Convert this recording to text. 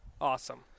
Awesome